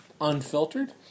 unfiltered